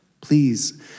Please